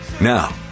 Now